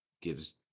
gives